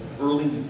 early